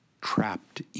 trapped